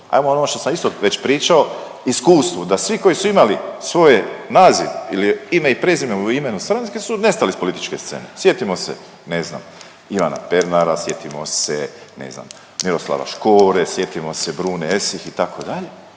ajmo ono što sam isto već pričao, iskustvu, da svi koji su imali svoje naziv ili ime i prezime u imenu stranke su nestali s političke scene, sjetimo se, ne znam, Ivana Pernara, sjetimo se, ne znam, Miroslava Škore, sjetimo se Brune Esih, itd.,